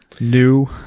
new